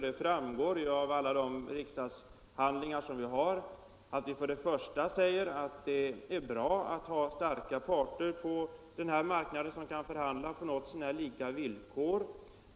Det framgår ju av alla riksdagshandlingar att vi först och främst anser att det är bra att ha starka parter på den här marknaden som kan förhandla på något så när lika villkor.